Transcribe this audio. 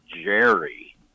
Jerry